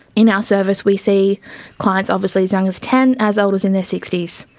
in our service we see clients obviously as young as ten, as old as in their sixty s,